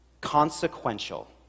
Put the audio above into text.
consequential